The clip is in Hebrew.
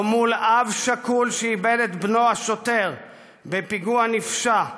מול אב שכול שאיבד את בנו השוטר בפיגוע נפשע,